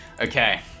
Okay